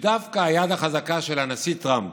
שדווקא היד החזקה של הנשיא טראמפ,